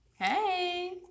Hey